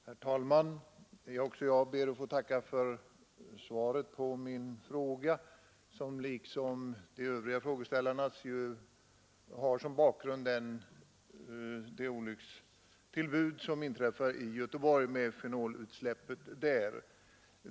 Herr talman! Också jag ber att få tacka för svaret. Min fråga har, liksom de övriga frågorna i detta sammanhang, som bakgrund det olyckstillbud som inträffade i Göteborg genom fenolutsläppet.